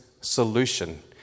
solution